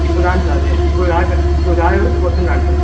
ఇప్పుడు కాదండి సార్ ఇప్పుడు ఇప్పుడు కాాదు పొద్దున్న రండి సార్